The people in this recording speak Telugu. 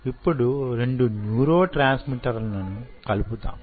ఇప్పుడు 2 న్యూరోట్రాన్స్మిటర్ల ను కలుపుతాము